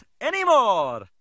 anymore